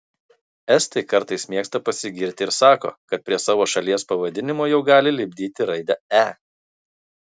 estai kartais mėgsta pasigirti ir sako kad prie savo šalies pavadinimo jau gali lipdyti raidę e